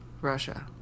Russia